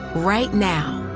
right now,